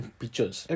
pictures